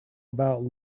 about